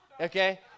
Okay